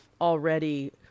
already